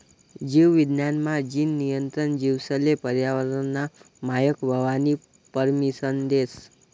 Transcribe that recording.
जीव विज्ञान मा, जीन नियंत्रण जीवेसले पर्यावरनना मायक व्हवानी परमिसन देस